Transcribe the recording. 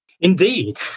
Indeed